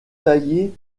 taillées